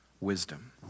wisdom